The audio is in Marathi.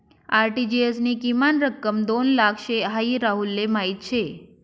आर.टी.जी.एस नी किमान रक्कम दोन लाख शे हाई राहुलले माहीत शे